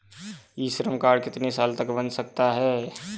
ई Shram card कितने साल तक बन सकता है?